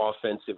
offensive